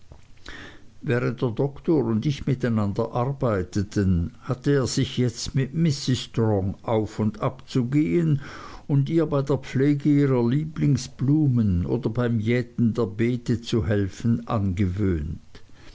während der doktor und ich miteinander arbeiteten hatte er sich jetzt mit mrs strong auf und abzugehen und ihr bei der pflege ihrer lieblingsblumen oder beim jäten der beete zu helfen angewöhnt